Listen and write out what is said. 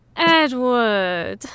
Edward